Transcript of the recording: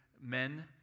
men